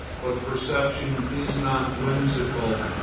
but perception is not whimsical,